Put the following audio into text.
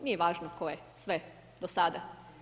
Nije važno koje, sve do sada.